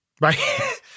Right